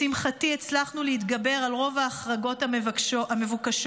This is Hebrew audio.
לשמחתי, הצלחנו להתגבר על רוב ההחרגות המבוקשות: